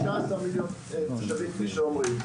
16 מיליון תושבים כמו שאומרים,